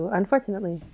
unfortunately